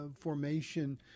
formation